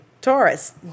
Taurus